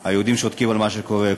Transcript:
היהודים שותקים על מה שקורה.